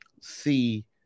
see